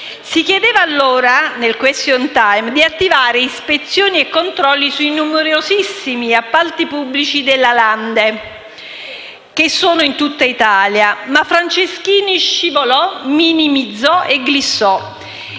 Si chiedeva, allora, nel *question time*, di attivare ispezioni e controlli sui numerosissimi appalti pubblici della Lande, che sono in tutta Italia, ma Franceschini scivolò, minimizzò e glissò.